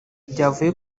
byavuye